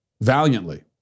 valiantly